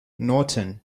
norton